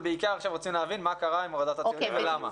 אנחנו בעיקר רוצים להבין מה קרה עם הורדת הציונים ולמה.